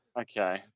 Okay